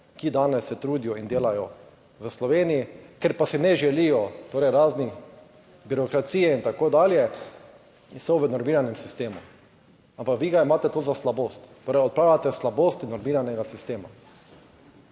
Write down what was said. ki danes se trudijo in delajo v Sloveniji, ker pa si ne želijo birokracije in tako dalje in so v normiranem sistemu, ampak vi imate to za slabost, torej odpravljate slabosti normiranega sistema.